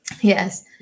Yes